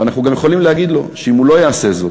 ואנחנו גם יכולים להגיד לו שאם הוא לא יעשה זאת,